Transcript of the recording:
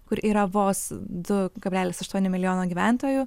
kur yra vos du kablelis aštuoni milijonai gyventojų